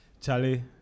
Charlie